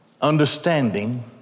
Understanding